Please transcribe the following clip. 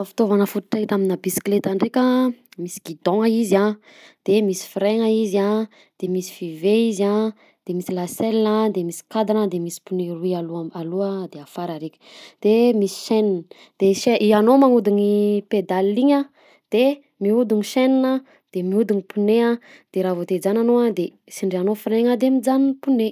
Fitaovana fototra ita amina bisikileta ndreka misy gidon-gna izy, a de misy frein-gna izy a de misy vive izy a de misy laselle a, de misy cadre de misy pneu roy aloha aloha de afara raiky de misy chaine, de chaine i anao magnodigny pedale iny a de miodigny chaine de miodigny pneus de raha vao te hijanona enao a tsindriagnao frein-gna de mijanony pneus.